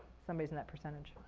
somebody's in that percentage.